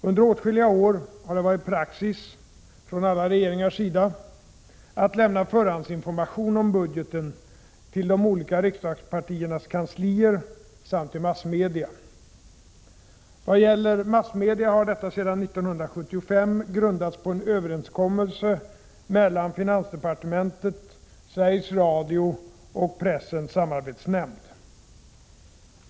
Under åtskilliga år har det varit praxis — från alla regeringars sida — att lämna förhandsinformation om budgeten till de olika riksdagspartiernas kanslier samt till massmedia. Vad gäller massmedia har detta sedan 1975 grundats på en överenskommelse mellan finansdepartementet, Sveriges Radio och Pressens samarbetsnämnd.